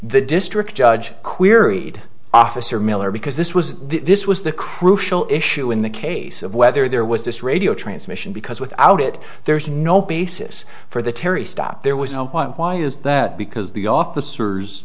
the district judge queried officer miller because this was the this was the crucial issue in the case of whether there was this radio transmission because without it there is no basis for the terry stop there was no why is that because the officers